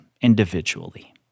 individually